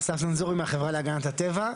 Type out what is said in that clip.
אסף זנזורי, מהחברה להגנת הטבע.